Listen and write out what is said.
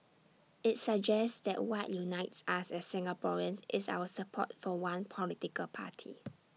IT suggests that what unites us as Singaporeans is our support for one political party